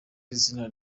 izina